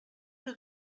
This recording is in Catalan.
que